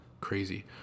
Crazy